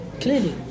clearly